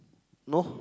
no